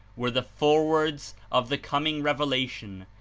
were the forewords of the coming revelation,